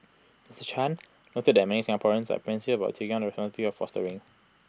Mister chan noted that many Singaporeans are apprehensive about taking on the of fostering